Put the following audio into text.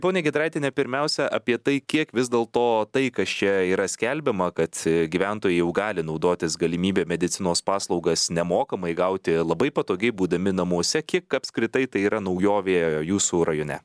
ponia giedraitiene pirmiausia apie tai kiek vis dėlto tai kas čia yra skelbiama kad gyventojai jau gali naudotis galimybe medicinos paslaugas nemokamai gauti labai patogiai būdami namuose kiek apskritai tai yra naujovė jūsų rajone